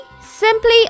Simply